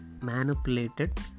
manipulated